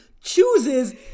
chooses